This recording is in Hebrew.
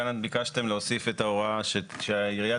כאן ביקשתם להוסיף את ההוראה שהעירייה